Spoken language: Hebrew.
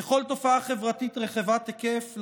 ככל תופעה חברתית רחבת היקף,